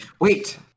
Wait